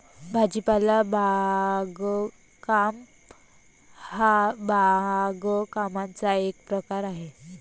भाजीपाला बागकाम हा बागकामाचा एक प्रकार आहे